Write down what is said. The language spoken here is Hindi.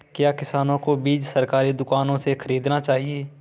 क्या किसानों को बीज सरकारी दुकानों से खरीदना चाहिए?